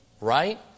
Right